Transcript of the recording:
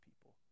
people